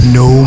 no